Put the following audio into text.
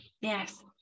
yes